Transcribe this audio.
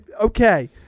okay